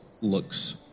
looks